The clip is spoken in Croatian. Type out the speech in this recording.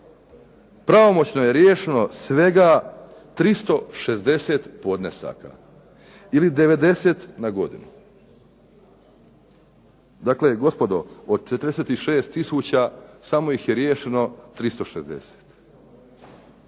pravomoćno je riješeno svega 360 podnesaka ili 90 na godinu. Dakle, gospodo od 46 tisuća samo ih je riješeno 360.